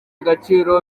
agaciro